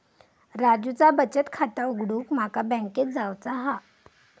राजूचा बचत खाता उघडूक माका बँकेत जावचा हा